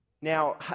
now